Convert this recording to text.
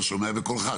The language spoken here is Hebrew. לא שומע בקולך.